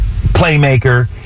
playmaker